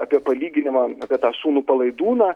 apie palyginimą apie tą sūnų palaidūną